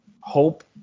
hope